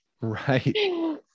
Right